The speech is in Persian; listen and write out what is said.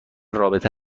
رابطه